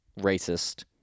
racist